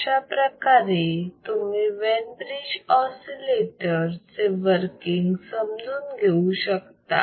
अशाप्रकारे तुम्ही Wien bridge oscillator चे वर्किंग समजून घेऊ शकता